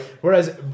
Whereas